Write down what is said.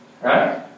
right